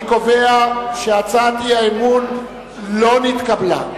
אני קובע שהצעת האי-אמון לא נתקבלה.